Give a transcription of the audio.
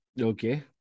Okay